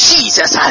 Jesus